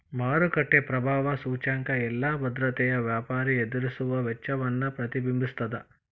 ಮಾರುಕಟ್ಟೆ ಪ್ರಭಾವ ಸೂಚ್ಯಂಕ ಎಲ್ಲಾ ಭದ್ರತೆಯ ವ್ಯಾಪಾರಿ ಎದುರಿಸುವ ವೆಚ್ಚವನ್ನ ಪ್ರತಿಬಿಂಬಿಸ್ತದ